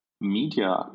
Media